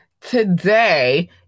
today